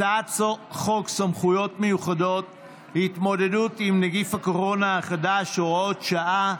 הצעת חוק סמכויות מיוחדות להתמודדות עם נגיף הקורונה החדש (הוראת שעה)